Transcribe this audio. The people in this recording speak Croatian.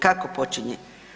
Kako počinje?